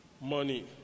money